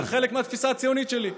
זה חלק מהתפיסה הציונית שלי.